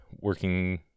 working